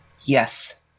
Yes